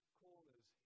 corners